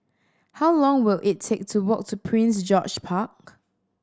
how long will it take to walk to Prince George Park